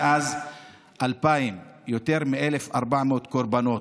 מאז שנת 2000 יותר מ-1,400 קורבנות.